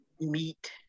meet